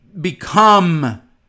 become